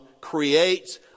creates